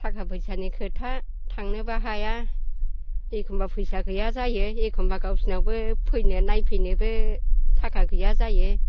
थाखा फैसानि खोथा थांनोबो हाया एखनबा फैसा गैया जायो एखनबा गावसोरनियावबो फैनो नायफैनोबो थाखा गैया जायो